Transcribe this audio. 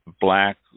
black